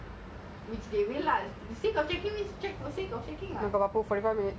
I don't really think they really care